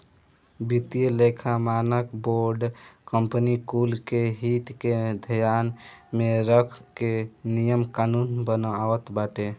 वित्तीय लेखा मानक बोर्ड कंपनी कुल के हित के ध्यान में रख के नियम कानून बनावत बाटे